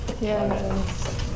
Yes